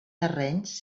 terrenys